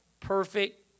perfect